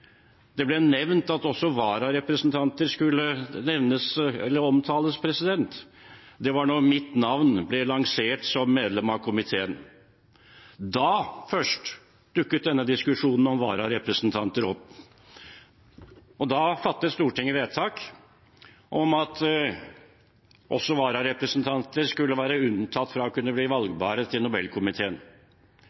det ble nevnt at også vararepresentanter skulle omtales, var da mitt navn ble lansert, med tanke på medlemskap i komiteen. Først da dukket diskusjonen om vararepresentanter opp. Da fattet Stortinget vedtak om at også vararepresentanter skulle være unntatt fra å kunne bli valgbare til Nobelkomiteen.